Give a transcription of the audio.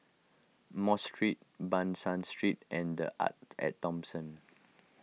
Mosque Street Ban San Street and the Arte at Thomson